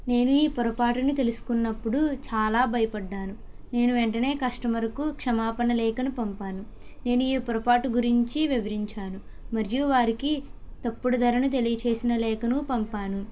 నేను ఈ పొరపాటుని తెలుసుకున్నప్పుడు చాలా భయపడ్డాను నేను వెంటనే కస్టమర్కు క్షమాపణ లేఖను పంపాను నేను ఈ పొరపాటు గురించి వివరించాను మరియు వారికి తప్పుడు ధరను తెలియజేసిన లేఖను పంపాను